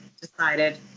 decided